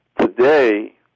Today